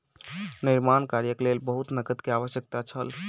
निर्माण कार्यक लेल बहुत नकद के आवश्यकता छल